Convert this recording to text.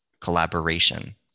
collaboration